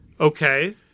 Okay